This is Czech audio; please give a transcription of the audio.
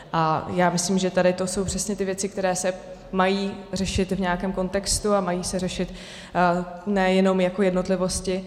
A já myslím, že tohle jsou přesně ty věci, které se mají řešit v nějakém kontextu a mají se řešit ne jenom jako jednotlivosti.